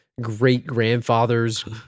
great-grandfather's